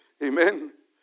Amen